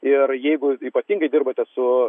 ir jeigu ypatingai dirbate su